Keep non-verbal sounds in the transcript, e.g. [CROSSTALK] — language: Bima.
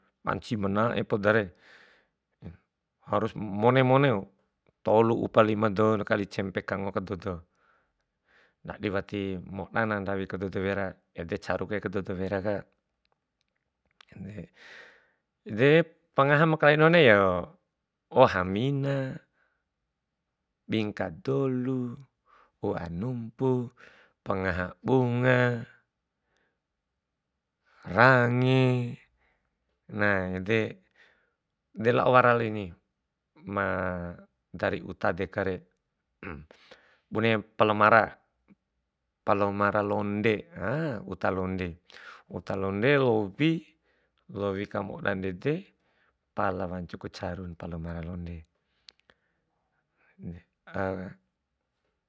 Panci ma na'e podare, harus mone mone ku tolu upa lima douna kali cempe kango kadodo, ndadi wati modana ndawi kadodo wera, ede caru kai kadodo weraka ede. De, pangaha makala dohode yo oha mina, bingka dolu, u'a nunpu, pangaha bunga, range na ede de la'o warali ni ma dari uta dekare bune palomara, palomara londe hee uta londe, uta londe lowi, loei ka moda ndede pala wancuku carun palomara londe de. [HESITATION]